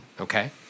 okay